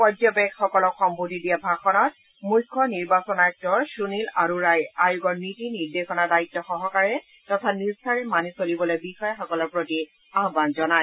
পৰ্যবেক্ষকসকলক সম্বোধি দিয়া ভাষণত মুখ্য নিৰ্বাচন আয়ুক্ত শুনীল আৰোৰাই আয়োগৰ নীতি নিৰ্দেশনা দায়িত্ব সহকাৰে তথা নিষ্ঠাৰে মানি চলিবলৈ বিষয়াসকলৰ প্ৰতি আহান জনায়